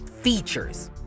features